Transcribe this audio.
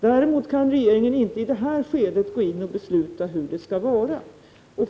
Däremot kan regeringen inte i detta skede gå in och besluta hur det skall vara.